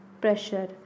pressure